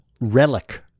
relic